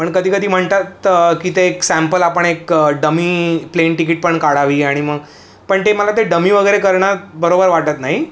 पण कधी कधी म्हणतात की ते एक सॅम्पल आपण एक डमी प्लेन तिकीट पण काढावी आणि मग पण ते मला ते डमी वगैरे करणं बरोबर वाटत नाई